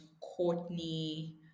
Courtney